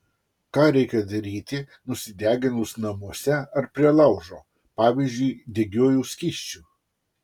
ką reikia daryti nusideginus namuose ar prie laužo pavyzdžiui degiuoju skysčiu